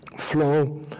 flow